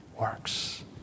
works